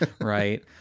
right